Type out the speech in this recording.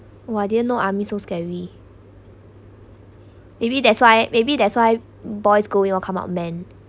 !wah! I didn't know army so scary maybe that's why maybe that's why boys going all come up man